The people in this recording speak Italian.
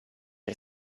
nel